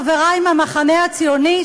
חברי מהמחנה הציוני,